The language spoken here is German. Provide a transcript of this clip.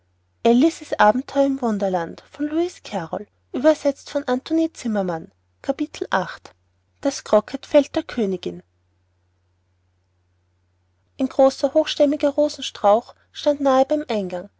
croquetfeld der königin ein großer hochstämmiger rosenstrauch stand nahe bei'm eingang